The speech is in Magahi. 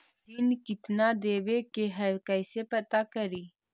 ऋण कितना देवे के है कैसे पता करी?